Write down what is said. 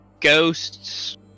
ghosts